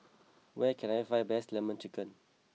where can I find best Lemon Chicken